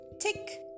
tick